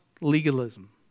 legalism